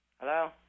Hello